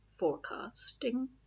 forecasting